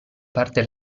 parte